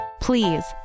Please